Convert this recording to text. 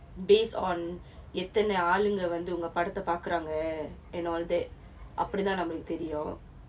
based on எத்தனை ஆளுங்க வந்து உங்க படத்தை பாக்குறாங்கே:etthanai aalunga vanthu unga padathai paarkkuraangae and all that அப்படி தான் நமக்கு தெரியும்:appadi thaan namakku theriyum